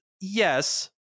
yes